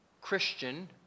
Christian